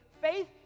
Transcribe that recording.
faith